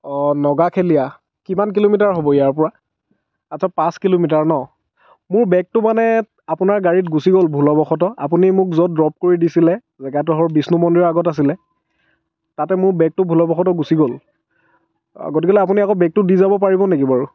অঁ নগাখেলীয়া কিমান কিলোমিটাৰ হ'ব ইয়াৰ পৰা আচ্ছা পাঁচ কিলোমিটাৰ ন মোৰ বেগটো মানে আপোনাৰ গাড়ীত গুচি গ'ল ভুলবশতঃ আপুনি মোক য'ত ড্ৰপ কৰি দিছিলে জেগাডোখৰ বিষ্ণু মন্দিৰৰ আগত আছিলে তাতে মোৰ বেগটো ভুলবশতঃ গুচি গ'ল গতিকে আপুনি আকৌ বেগটো দি যাব পাৰিব নেকি বাৰু